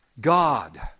God